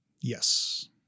Yes